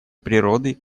природы